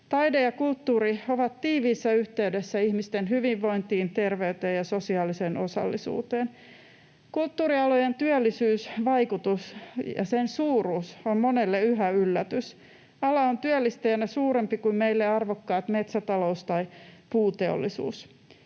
Taide ja kulttuuri ovat tiiviissä yhteydessä ihmisten hyvinvointiin, terveyteen ja sosiaaliseen osallisuuteen. Kulttuurialojen työllisyysvaikutus ja sen suuruus on monelle yhä yllätys. Ala on työllistäjänä suurempi kuin meille arvokkaat metsätalous tai puuteollisuus.